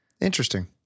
Interesting